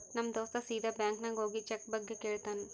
ನಮ್ ದೋಸ್ತ ಸೀದಾ ಬ್ಯಾಂಕ್ ನಾಗ್ ಹೋಗಿ ಚೆಕ್ ಬಗ್ಗೆ ಕೇಳ್ತಾನ್